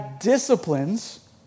disciplines